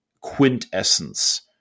quintessence